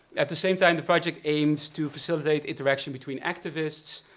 at the same time the project aims to facilitate interaction between activists,